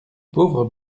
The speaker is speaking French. pauvre